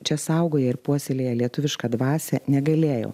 čia saugoja ir puoselėja lietuvišką dvasią negalėjau